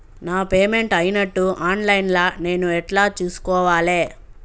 నా పేమెంట్ అయినట్టు online లా నేను ఎట్ల చూస్కోవాలే?